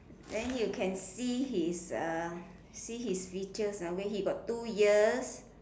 then you can see his uh see his features ah wait he got two ears